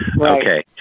Okay